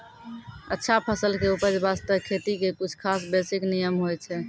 अच्छा फसल के उपज बास्तं खेती के कुछ खास बेसिक नियम होय छै